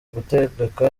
gutegeka